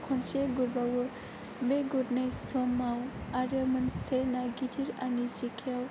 खनसे गुरबावो बे गुरनाय समाव आरो मोनसे ना गिदिर आंनि जेखाइयाव